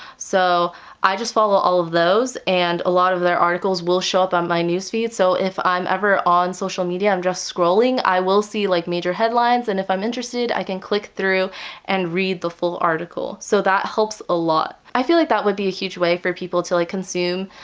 so i just follow all of those and a lot of their articles will show up on my newsfeed so if i'm ever on social media and just scrolling, i will see like major headlines and if i'm interested, i can click through and read the full article so that helps a lot. i feel like it would be a huge way for people to like consume